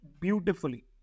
beautifully